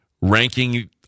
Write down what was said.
ranking